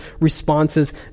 responses